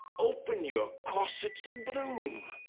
open your corsets and bloom.